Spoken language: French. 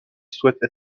souhaitent